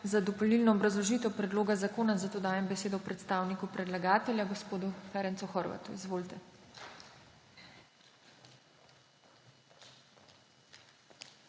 Za dopolnilno obrazložitev predloga zakona zato dajem besedo predstavniku predlagatelja gospodu Ferencu Horváthu. Izvolite.